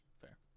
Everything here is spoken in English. fair